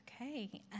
Okay